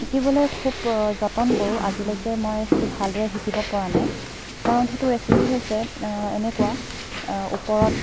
শিকিবলৈ খুব যতন কৰোঁ আজিলৈকে মই সেইটো ভাল দৰে শিকিব পৰা নাই কাৰণ সেইটো ৰেচিপি হৈছে এনেকুৱা ওপৰত